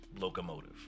locomotive